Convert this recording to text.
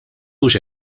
hux